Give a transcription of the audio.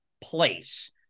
place